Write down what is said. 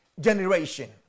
generation